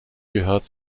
gehört